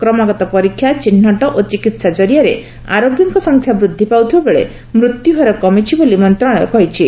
କ୍ରମାଗତ ପରୀକ୍ଷା ଚିହ୍ନଟ ଓ ଚିକିତ୍ସା ଜରିଆରେ ଆରୋଗ୍ୟଙ୍କ ସଂଖ୍ୟା ବୃଦ୍ଧି ପାଉଥିବାବେଳେ ମୃତ୍ୟୁହାର କମିଛି ବୋଲି ମନ୍ତ୍ରଣାଳୟ କହିଛି